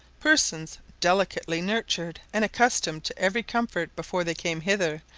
persons delicately nurtured, and accustomed to every comfort before they came hither,